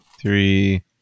Three